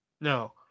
no